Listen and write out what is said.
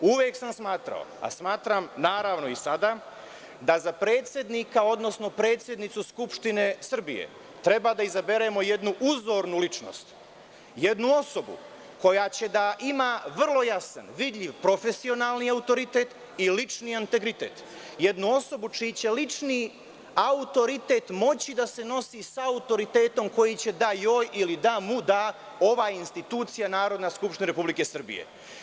Uvek sam smatrao, a smatram naravno i sada, da za predsednika, odnosno predsednicu Skupštine Srbije treba da izaberemo jednu uzornu ličnost, jednu osobu koja će da ima vrlo jasan, vidljiv, profesionalni autoritet i lični integritet, jednu osobu čiji će lični autoritet moći da se nosi sa autoritetom koji će da joj ili da mu da ova institucija Narodna skupština Republike Srbije.